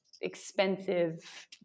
expensive